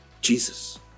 Jesus